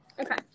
okay